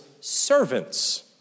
servants